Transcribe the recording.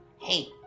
Hey